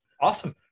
Awesome